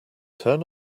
turn